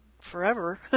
forever